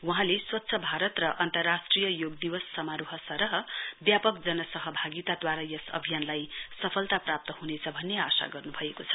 वहाँले स्वच्छ भारत र अन्तर्राष्ट्रिय योग दिवस समारोह सरह व्यापक जन सहभागिताद्वारा यस अभियानलाई सफलता प्राप्त हुनेछ भन्ने आशा गर्नु भएको छ